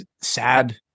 sad